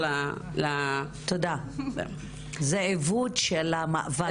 זה עיוות של המאבק הפמיניסטי,